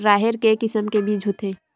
राहेर के किसम के बीज होथे?